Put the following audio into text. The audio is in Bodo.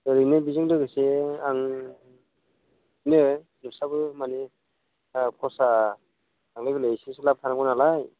ओरैनो बिजों लोगोसे आं इदिनो फैसाबो माने दा खरसा थांलाय फैलाय लाब थानांगौ नालाय